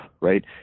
right